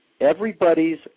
Everybody's